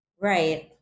Right